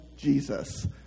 Jesus